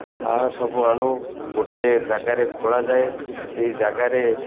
ସାହା ସବୁ ଆଣୁ ଗୋଟେ ଜାଗାରେ ଖୋଳାଯାଏ ସେଇ ଜାଗାରେ